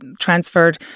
transferred